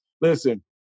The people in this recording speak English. Listen